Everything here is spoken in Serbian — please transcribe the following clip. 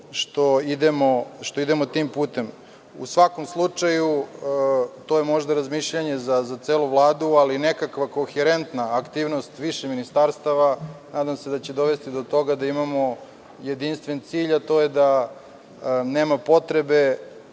što idemo tim putem.U svakom slučaju to je možda razmišljanje za celu Vladu, ali nekakva koherentna aktivnost više ministarstava nadam se da će dovesti do toga da imamo jedinstven cilj, a to je da nema potrebe